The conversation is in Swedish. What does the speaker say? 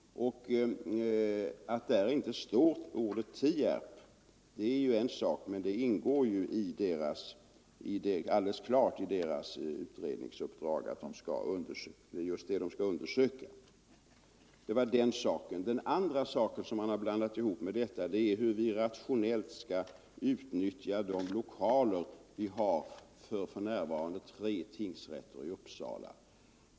Att Tierp inte nämns är en sak, men det ingår alldeles klart i utredningsuppdraget att undersöka just det. Det andra som man blandat in här är hur vi rationellt skall utnyttja de lokaler som för närvarande tre tingsrätter har i Uppsala.